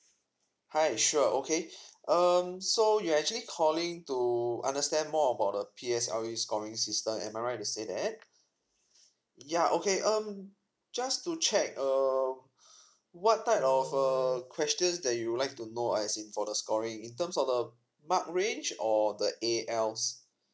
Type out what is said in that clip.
hi sure okay um so you actually calling to understand more about the P_S_L_E scoring system am I right to say that yeah okay um just to check err what type of err questions that you would like to know as in for the scoring in terms of the mark range or the A_Ls